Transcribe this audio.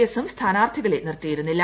എസും സ്ഥാനാർത്ഥികളെ നിർത്തിയിരുന്നില്ല